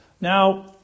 Now